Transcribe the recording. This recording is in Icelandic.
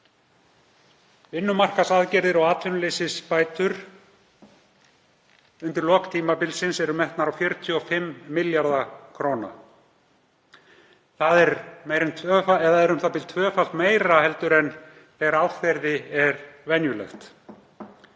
Vinnumarkaðsaðgerðir og atvinnuleysisbætur undir lok tímabilsins eru metnar á 45 milljarða kr. Það er u.þ.b. tvöfalt meira en þegar árferði er venjulegt.